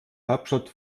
hauptstadt